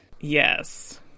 Yes